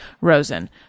Rosen